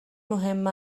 مهم